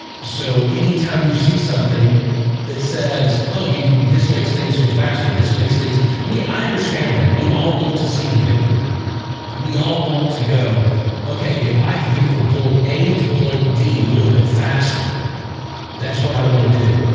so anytime you see something that says, oh you can this makes things go faster this makes things. we i understand that. we all want to see the victory we all want to go okay, if i can get from point a to point d a little bit faster that's what i want to do,